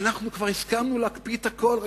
אנחנו כבר הסכמנו להקפיא את הכול,